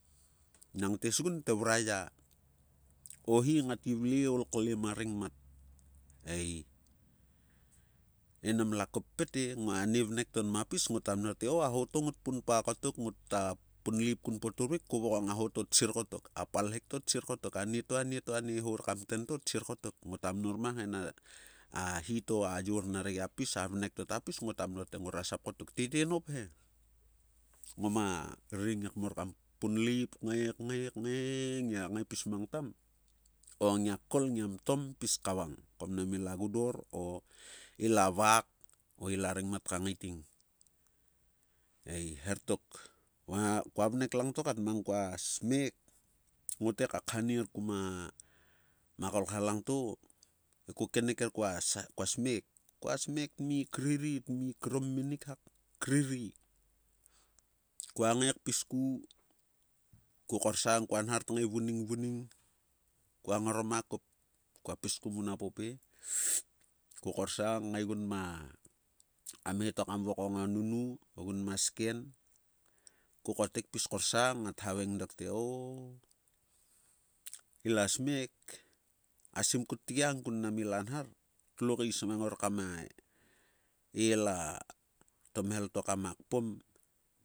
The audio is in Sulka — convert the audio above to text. Nnag tiesgun te vrua ya, o hi ngat gi vle olklem a rengmat. Eii, lte nam lua koppet e. Ngua ne vnek to nma pis ngota mnor te, o-a ho to ngot pun pa kotok, ngota punleip kun poturvik ko vokong a ho to tsir kotok. A palhek to tsir kotok, ngota minor mang eh na a hi to a yor na re gia pis, a vnek to ta pis, ngota mnor te ngora sap kotok. Tete noup he, ngoma ring ekmor kam punleip ngae kngae kngae-ngiak ngae kpis mang tam, o ngia kkol ngia mtom pis kavang, ko mnam ila gudor o- ila vaak, o ila rengmat ka ngaiting, eii, her tok. Va kua vnek langto kat mang kus smek, ngote ka ka khanier. ma kolkha langto, ko keneker kua sae kua smek. Kua smek tmi kriri. tmi kroiumminik hak. kua ngae kpis ku. Ko korsang kua nhar tngae vuning vuning, kua kua ngorom a kop, kua pis ku mvuna pope. ko korsang, kngae gun ma a mhe to kam vokong o nunu ogun ma sken. Ko kotek pis korsang, ngat havaeng dok te o- ila smek, asim kut tgiang kun mnam ila nhar, tlo kais mang ngor kama ela tom he to kama kpom.